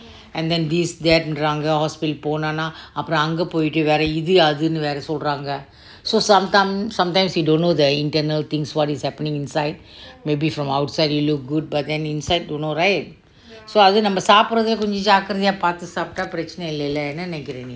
and then this that னு சொல்றாங்க:nu solranga hospital போனோம்னா அப்புறம் அங்க போயிட்டோனாக்க இது அது னு சொல்றாங்க:ponomna apro angga poithaka athu ithu nu solranga sometime sometimes we don't know the internal things what is happening inside maybe from outside look good but from inside don't know right அது நம்ம சாப்பரத கொஞ்சம் ஜாக்கிரதையா பாத்து சாப்பிட்டா பிரச்சனை இல்லைல என்ன நெனக்கிற நீ:athu namma saparatha konjom jakarathaiya paathu saptha perachana illala enna nenaikira nee